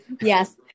Yes